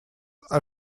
are